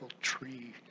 tree